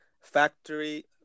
factory